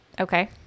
Okay